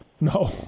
No